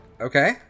okay